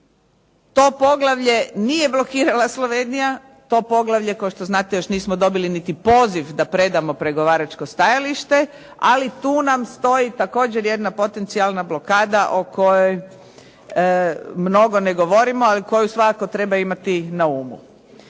To poglavlje nije blokirala Slovenija, to poglavlje kao što znate nismo dobili niti poziv da predamo pregovaračko stajalište ali tu nam stoji također jedna potencijalna blokada o kojoj mnogo ne govorimo ali koju svakako trebamo imati na umu.